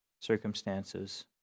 circumstances